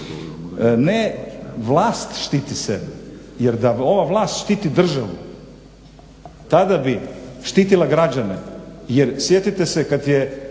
Ne, vlast štiti sebe. Jer da ova vlast štiti državu tada bi štitila građane